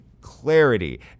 clarity